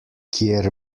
kjer